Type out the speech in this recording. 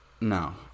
No